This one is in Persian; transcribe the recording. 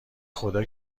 خدا